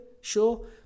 sure